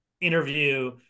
interview